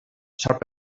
sharp